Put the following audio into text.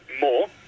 more